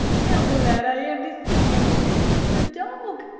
how glad i am to see you, and this is the dog.